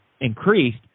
increased